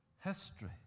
history